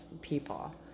people